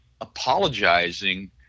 apologizing